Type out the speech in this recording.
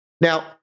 Now